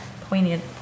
poignant